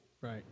Right